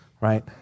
right